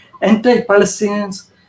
anti-Palestinians